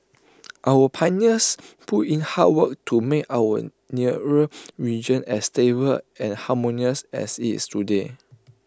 our pioneers put in hard work to make our nearer region as stable and harmonious as IT is today